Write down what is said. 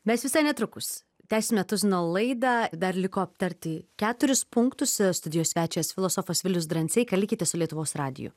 mes visai netrukus tęsime tuzino laidą dar liko aptarti keturis punktus studijos svečias filosofas vilius dranseika likite su lietuvos radiju